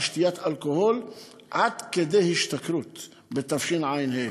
שתיית אלכוהול עד כדי השתכרות בתשע"ה.